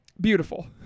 Beautiful